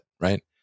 right